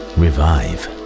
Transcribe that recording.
revive